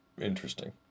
interesting